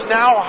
now